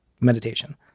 meditation